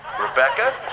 Rebecca